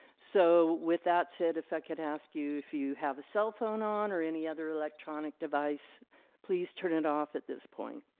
so with that said if i could ask you if you have a cell phone on or any other electronic device please turn it off at this point.